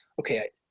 okay